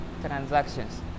transactions